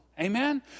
amen